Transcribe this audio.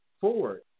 forward